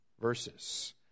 verses